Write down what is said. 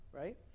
right